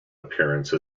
appearance